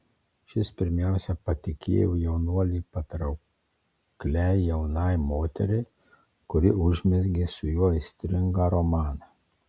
šis pirmiausia patikėjo jaunuolį patraukliai jaunai moteriai kuri užmezgė su juo aistringą romaną